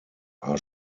are